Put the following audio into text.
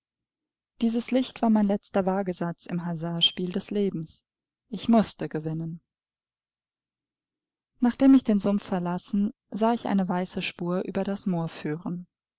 dieses licht war mein letzter wagesatz im hazardspiel des lebens ich mußte gewinnen nachdem ich den sumpf verlassen sah ich eine weiße spur über das moor führen